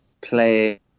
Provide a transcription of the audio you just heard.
play